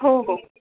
हो हो